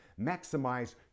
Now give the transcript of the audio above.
Maximize